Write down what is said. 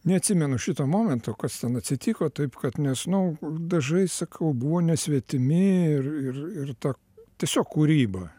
neatsimenu šito momento kas ten atsitiko taip kad nes nu dažai sakau buvo nesvetimi ir ir ir ta tiesiog kūryba